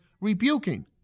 rebuking